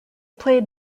played